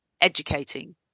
educating